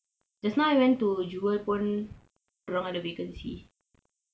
just now went to jewel pun dia orang ada vacancy